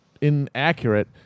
inaccurate